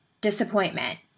disappointment